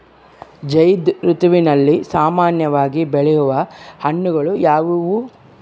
ಝೈಧ್ ಋತುವಿನಲ್ಲಿ ಸಾಮಾನ್ಯವಾಗಿ ಬೆಳೆಯುವ ಹಣ್ಣುಗಳು ಯಾವುವು?